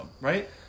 right